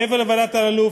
מעבר לוועדת אלאלוף,